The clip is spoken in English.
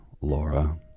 Laura